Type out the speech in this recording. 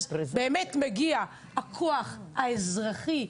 אז באמת מגיע הכוח האזרחי,